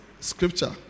scripture